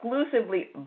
exclusively